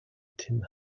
tim